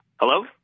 Hello